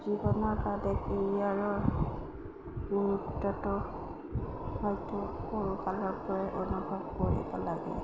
জীৱনৰ বা কেৰিয়াৰৰ গুৰুত্বটো হয়তো সৰুকালৰপৰাই অনুভৱ কৰিব লাগে